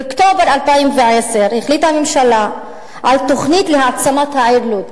באוקטובר 2010 החליטה הממשלה על תוכנית להעצמת העיר לוד.